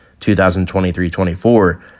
2023-24